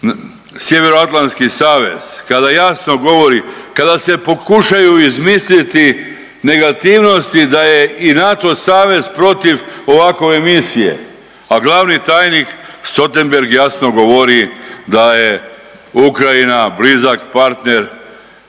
Sjeveroatlantski savez, kada jasno govori, kada se pokušaju izmisliti negativnosti da je i NATO savez protiv ovakove misije, a glavni tajnik Sotenberg jasno govori da je Ukrajina blizak partner